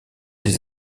les